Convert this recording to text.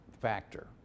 factor